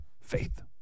Faith